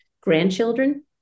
grandchildren